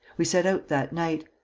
we set out that night.